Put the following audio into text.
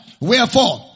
Wherefore